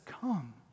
come